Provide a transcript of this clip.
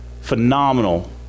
phenomenal